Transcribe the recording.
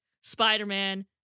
Spider-Man